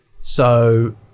so-